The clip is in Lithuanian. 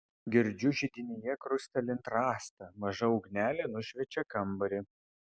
girdžiu židinyje krustelint rastą maža ugnelė nušviečia kambarį